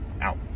Out